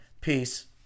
Peace